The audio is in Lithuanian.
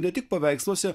ne tik paveiksluose